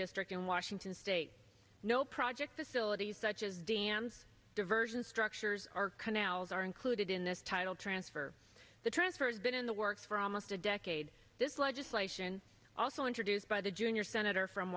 district in washington state no project facilities such as dams diversion structures are canals are included in this title transfer the transfer is been in the works for almost a decade this legislation also introduced by the junior senator from